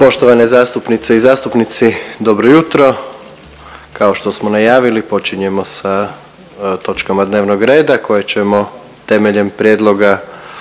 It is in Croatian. Poštovane zastupnice i zastupnici dobro jutro. Kao što smo najavili počinjemo sa točkama dnevnog reda koje ćemo temeljem prijedloga